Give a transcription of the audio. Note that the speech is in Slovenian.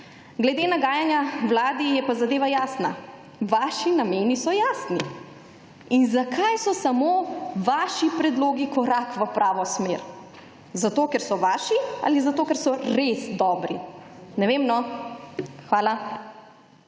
Glede nagajanja vladi je pa zadeva jasna. Vaši nameni so jasni. In zakaj so samo vaši predlogi korak v pravo smer? Zato ker so vaši ali zato ker so res dobri? Ne vem, no. Hvala.